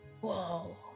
Whoa